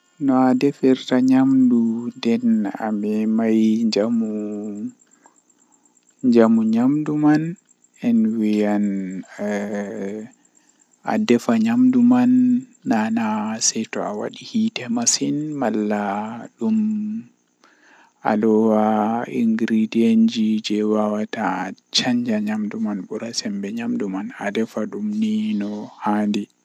Eh wuro jei welatami mi mimedai yahugo nden mi yidi yahugo bano mi yecci haa baawo kanjum woni kaaba wuro makka.